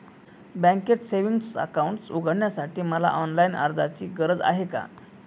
बँकेत savings account उघडण्यासाठी मला ऑनलाईन अर्जाची गरज आहे का?